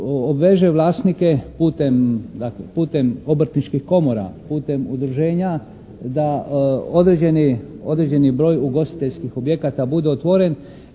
obrtničkih komora, putem udruženja da određeni broj ugostiteljskih objekata bude otvoren